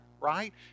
right